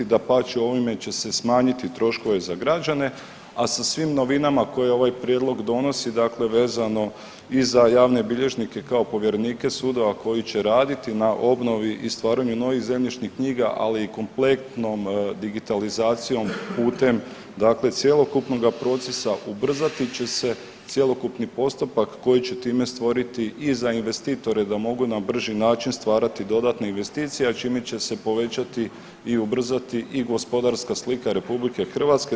Dapače, ovime će se smanjiti troškove za građane, a sa svim novinama koje ovaj prijedlog donosi, dakle vezano i za javne bilježnike kao povjerenike sudova koji će raditi na obnovi i stvaranju novih zemljišnih knjiga ali i kompletnom digitalizacijom putem, dakle cjelokupnoga procesa ubrzati će se cjelokupni postupak koji će time stvoriti i za investitore da mogu na brži način stvarati dodatne investicije, a čime će se povećati i ubrzati i gospodarska slika Republike Hrvatske.